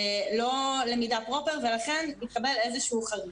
לא למידה פרופר ואכן התקבל איזשהו חריג.